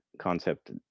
concept